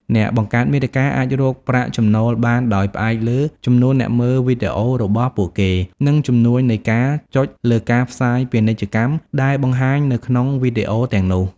អ្នកបង្កើតមាតិកាអាចរកប្រាក់ចំណូលបានដោយផ្អែកលើ ចំនួនអ្នកមើលវីដេអូរបស់ពួកគេ និង ចំនួននៃការចុចលើការផ្សាយពាណិជ្ជកម្ម ដែលបង្ហាញនៅក្នុងវីដេអូទាំងនោះ។